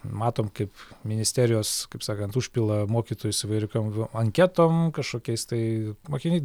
matom kaip ministerijos kaip sakant užpila mokytojus įvairiu kiom anketom kažkokiais tai mokiniai